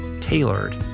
tailored